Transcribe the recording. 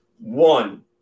One